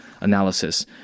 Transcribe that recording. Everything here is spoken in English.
Analysis